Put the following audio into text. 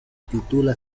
titula